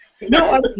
No